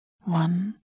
one